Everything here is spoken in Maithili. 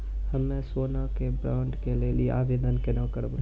हम्मे सोना के बॉन्ड के लेली आवेदन केना करबै?